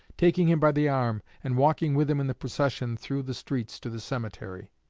taking him by the arm and walking with him in the procession through the streets to the cemetery.